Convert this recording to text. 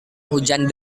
hujan